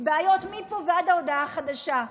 בעיות מפה ועד הודעה חדשה.